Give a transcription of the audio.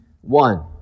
One